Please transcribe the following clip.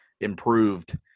improved